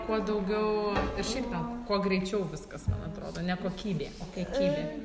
kuo daugiau ir šiaip ten kuo greičiau viskas man atrodo ne kokybė o kiekybė